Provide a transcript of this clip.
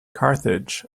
carthage